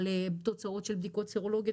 על תוצאות של בדיקות סרולוגיות,